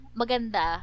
maganda